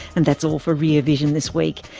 and that's all for rear vision this week.